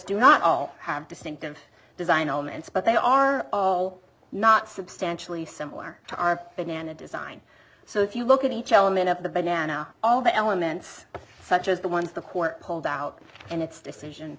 do not all have distinctive design elements but they are all not substantially similar to our banana design so if you look at each element of the banana all the elements such as the ones the court pulled out and it's decision